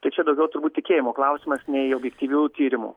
tai čia daugiau turbūt tikėjimo klausimas nei objektyvių tyrimų